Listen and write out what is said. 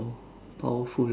powerful